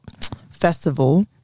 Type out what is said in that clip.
festival